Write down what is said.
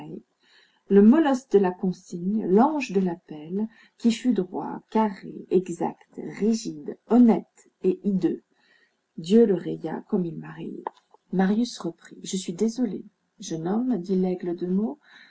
le molosse de la consigne l'ange de l'appel qui fut droit carré exact rigide honnête et hideux dieu le raya comme il m'a rayé marius reprit je suis désolé jeune homme dit laigle de